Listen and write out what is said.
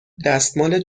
دستمال